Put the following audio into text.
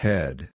Head